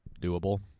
doable